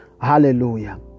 Hallelujah